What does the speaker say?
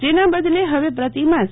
જેના બદલે હવે પ્રતિમાસ